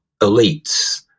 elites